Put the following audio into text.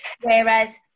Whereas